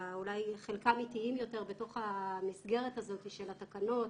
חלקם איטיים יותר בתוך המסגרת הזאת של התקנות,